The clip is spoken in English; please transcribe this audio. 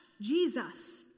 Jesus